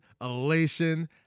elation